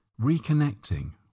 reconnecting